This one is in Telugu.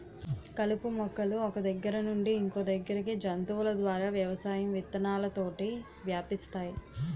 కలుపు మొక్కలు ఒక్క దగ్గర నుండి ఇంకొదగ్గరికి జంతువుల ద్వారా వ్యవసాయం విత్తనాలతోటి వ్యాపిస్తాయి